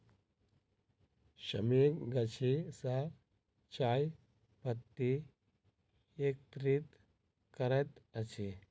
श्रमिक गाछी सॅ चाय पत्ती एकत्रित करैत अछि